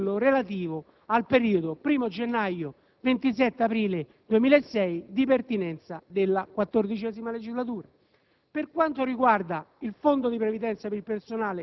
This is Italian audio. omettendo inspiegabilmente quello relativo al periodo 1° gennaio-27 aprile 2006, di pertinenza della XIV legislatura.